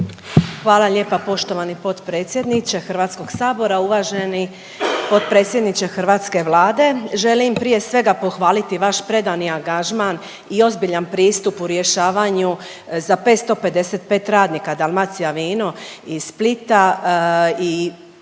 Hvala lijepa poštovani potpredsjedniče Hrvatskog sabora, uvaženi potpredsjedniče hrvatske Vlade. Želim prije svega pohvaliti vaš predani angažman i ozbiljan pristup u rješavanju za 555 radnika Dalmacija vino iz Splita